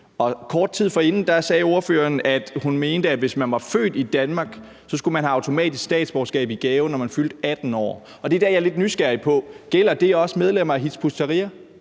Kort tid forinden sagde ordføreren, at hun mente, at hvis man var født i Danmark, skulle man have automatisk statsborgerskab i gave, når man fyldte 18 år. Det er der, jeg er lidt nysgerrig på, om det også gælder medlemmer af Hizb ut-Tahrir,